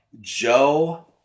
Joe